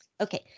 Okay